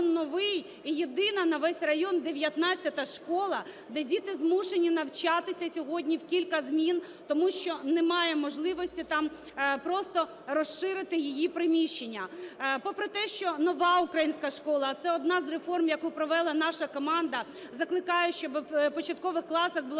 новий і єдина на весь район 19 школа, де діти змушені навчатися сьогодні в кілька змін, тому що немає можливості там просто розширити її приміщення. Попори те, що "Нова українська школа" – це одна з реформ, яку провела наша команда, закликаючи, щоби в початкових класах було